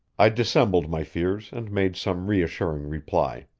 i dissembled my fears and made some reassuring reply.